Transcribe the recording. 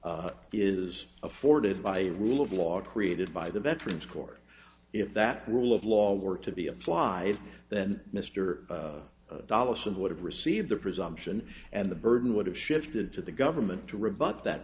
is afforded by a rule of law created by the veterans court if that's the rule of law or to be applied then mr dulles and would have received the presumption and the burden would have shifted to the government to rebut that